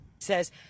says